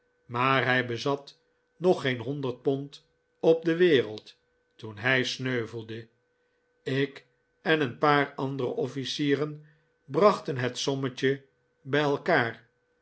maar hij bezat nog geen honderd pond op de wereld toen hij sneuvelde ik en een paar andere officieren brachten het sommetje bij elkaar